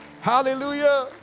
hallelujah